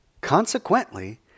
Consequently